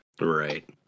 right